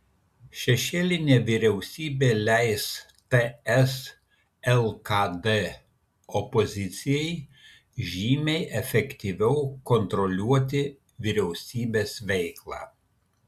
šešėlinė vyriausybė leis ts lkd opozicijai žymiai efektyviau kontroliuoti vyriausybės veiklą